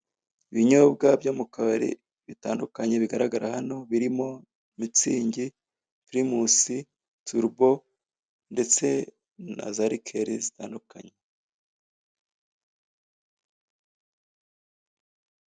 Ibinyobwa byo mu kabari bitandukanye bigaragara hano, birimo mitsingi, pirimusi, turubo ndetse na zarikeli zitandukanye.